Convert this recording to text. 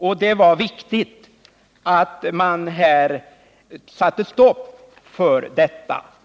Det var därför viktigt att man här satte stopp.